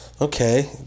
okay